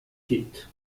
hit